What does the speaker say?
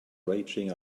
raging